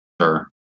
sure